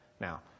Now